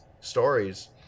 stories